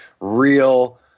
real